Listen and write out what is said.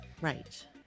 Right